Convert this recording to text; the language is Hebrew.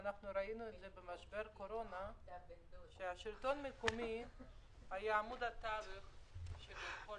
ואנחנו ראינו את זה במשבר הקורונה השלטון המקומי היה עמוד התווך של כל